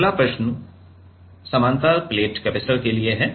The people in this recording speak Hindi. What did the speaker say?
अब अगला समानांतर प्लेट कैपेसिटर के लिए है